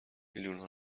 میلیونها